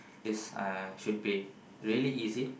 is uh should be really easy